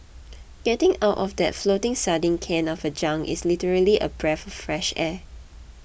getting out of that floating sardine can of a junk is literally a breath fresh air